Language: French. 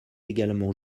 également